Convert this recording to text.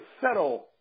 settle